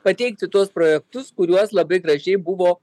pateikti tuos projektus kuriuos labai gražiai buvo